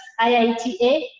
IITA